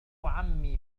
عمي